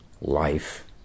life